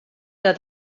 der